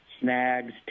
snags